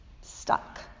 stuck